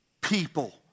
people